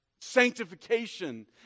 sanctification